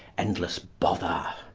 endless bother.